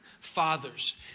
Fathers